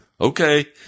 Okay